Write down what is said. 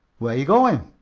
where you goin'?